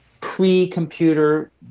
pre-computer